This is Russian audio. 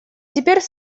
теперь